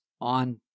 on